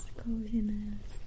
coziness